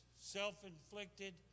self-inflicted